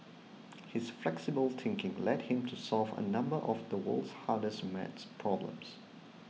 his flexible thinking led him to solve a number of the world's hardest math problems